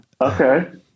Okay